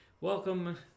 Welcome